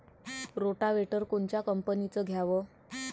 Rotavator कोनच्या कंपनीचं घ्यावं?